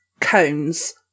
cones